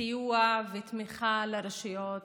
סיוע ותמיכה לרשויות